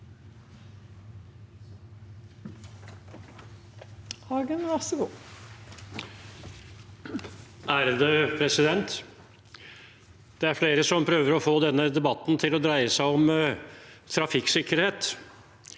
(FrP) Det er flere som prø- ver å få denne debatten til å dreie seg om trafikksikkerhet.